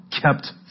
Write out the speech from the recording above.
kept